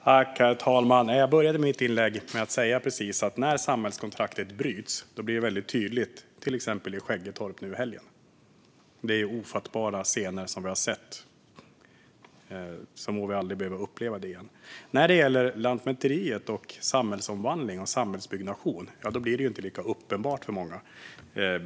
Herr talman! Jag började mitt inlägg med att säga just att det när samhällskontraktet bryts blir väldigt tydligt, som till exempel i Skäggetorp nu i helgen. Det är ofattbara scener vi har sett - må vi aldrig behöva uppleva detta igen. När det gäller Lantmäteriet och samhällsomvandling och samhällsbyggnation blir bristerna såklart inte lika uppenbara för många.